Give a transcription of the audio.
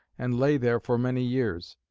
and lay there for many years.